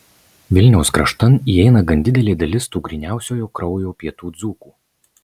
vilniaus kraštan įeina gan didelė dalis tų gryniausiojo kraujo pietų dzūkų